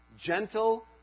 gentle